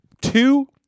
Two